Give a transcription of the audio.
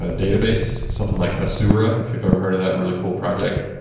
ah database, something like hasura, if you've ever heard of that really cool project.